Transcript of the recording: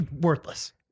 worthless